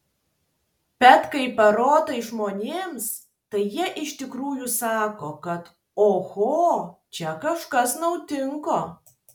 bet kai parodai žmonėms tai jie iš tikrųjų sako kad oho čia kažkas naudingo